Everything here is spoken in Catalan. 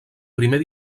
primer